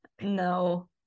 No